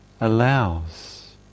allows